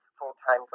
full-time